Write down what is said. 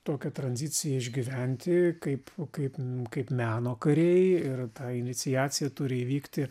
tokią tranziciją išgyventi kaip kaip kaip meno kariai ir ta iniciacija turi įvykti